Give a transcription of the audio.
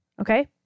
Okay